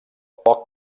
poc